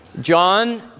John